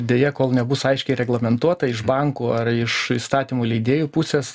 deja kol nebus aiškiai reglamentuota iš bankų ar iš įstatymų leidėjų pusės